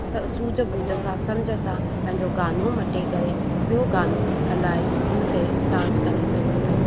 स सूझ बूझ सां सम्झ सां पंहिंजो गानो मटे करे ॿियो गानो हलाए हुन ते डांस करे सघूं था